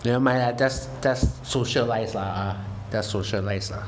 never mind lah just just socialise lah just socialise lah